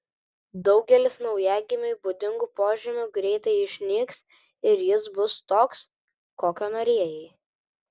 daugelis naujagimiui būdingų požymių greitai išnyks ir jis bus toks kokio norėjai